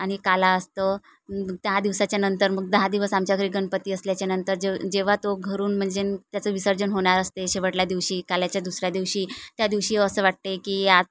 आणि काला असतो दहा दिवसाच्या नंतर मग दहा दिवस आमच्या घरी गणपती असल्याच्यानंतर जे जेव्हा तो घरून म्हणजे त्याचं विसर्जन होणार असते शेवटल्या दिवशी काल्याच्या दुसऱ्या दिवशी त्या दिवशी असं वाटते की आज